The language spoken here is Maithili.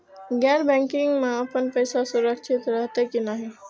गैर बैकिंग में अपन पैसा सुरक्षित रहैत कि नहिं?